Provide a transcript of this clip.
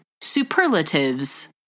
Superlatives